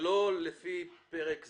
שלא לפי פרק זה.